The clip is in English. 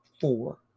four